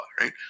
right